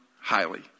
highly